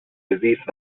زیست